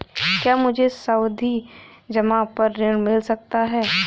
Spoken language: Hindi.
क्या मुझे सावधि जमा पर ऋण मिल सकता है?